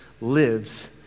lives